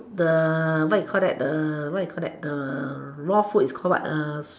the what you call that what you call that raw food is call what